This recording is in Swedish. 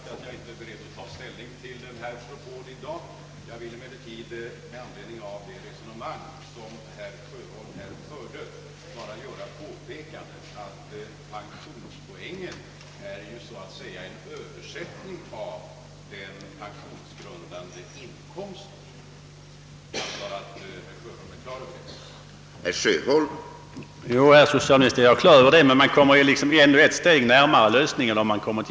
Herr talman! Ja, herr socialminister, jag är på det klara med det. Men man kommer liksom ett steg närmare lösningen om man får reda på pensions poängen i stället för den pensionsgrundande inkomsten. Den tjänsten tycker jag att myndigheterna skall göra den enskilde.